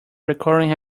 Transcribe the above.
recording